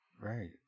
right